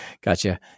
Gotcha